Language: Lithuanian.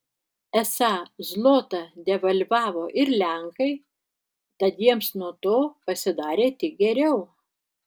esą zlotą devalvavo ir lenkai tad jiems nuo to pasidarė tik geriau